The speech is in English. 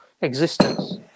existence